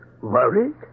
Worried